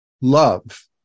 love